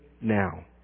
now